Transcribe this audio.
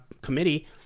committee